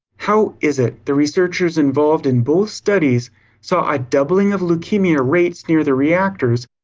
how is it, the researchers involved in both studies saw a doubling of leukemia rates near the reactors,